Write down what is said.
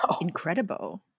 incredible